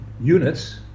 units